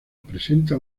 presenta